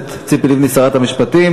הכנסת ציפי לבני, שרת המשפטים.